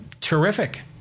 Terrific